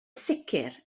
sicr